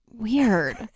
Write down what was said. Weird